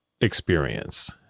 experience